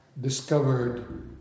discovered